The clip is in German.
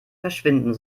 verschwinden